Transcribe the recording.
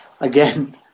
Again